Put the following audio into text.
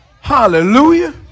Hallelujah